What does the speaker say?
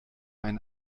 einen